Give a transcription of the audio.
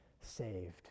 saved